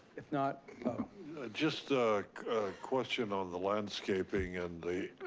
if not just a question on the landscaping and the.